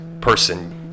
person